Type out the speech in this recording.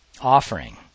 offering